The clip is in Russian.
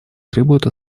требуют